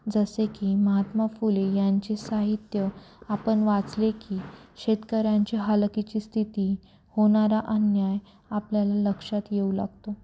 जसे की महात्मा फुले यांचे साहित्य आपण वाचले की शेतकऱ्यांची हालखीची स्थिती होणारा अन्याय आपल्याला लक्षात येऊ लागतो